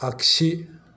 आगसि